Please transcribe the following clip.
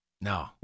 No